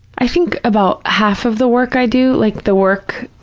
i think about half of the work i do, like the work,